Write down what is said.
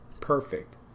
Perfect